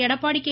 Edappadi K